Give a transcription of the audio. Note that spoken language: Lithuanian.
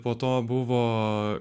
po to buvo